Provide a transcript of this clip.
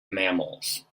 mammals